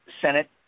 Senate